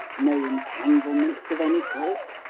no entanglements of any sort,